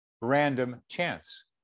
Random-Chance